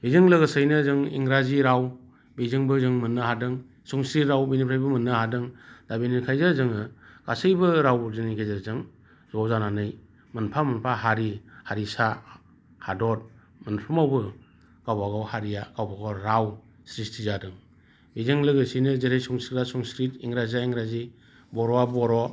बेजों लोगोसेयैनो जों इंराजि राव बेजोंबो जों मोननो हादों संस्कृत राव बिनिफ्रायबो मोननो हादों दा बिनिखायनो जोङो गासैबो रावनि गेजेरजों ज' जानानै मोनफा मोनफा हारि हारिसा हादर मोनफ्रोमावबो गावबागाव हारिया गावबागाव राव सृष्टि जादों बेजों लोगोसेयैनो जेरै संस्कृता संस्कृत इंराजिया इंराजि बर'आ बर'